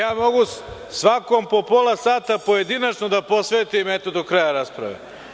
A ja mogu svakome po pola sata pojedinačno da posvetim eto do kraja rasprave.